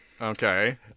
Okay